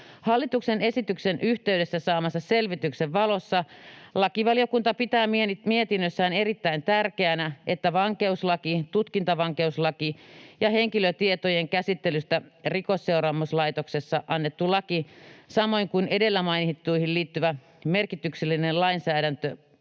Hallituksen esityksen yhteydessä saamansa selvityksen valossa lakivaliokunta pitää mietinnössään erittäin tärkeänä, että vankeuslaki, tutkintavankeuslaki ja henkilötietojen käsittelystä Rikosseuraamuslaitoksessa annettu laki samoin kuin edellä mainittuihin liittyvä muu merkityksellinen lainsäädäntö